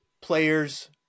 players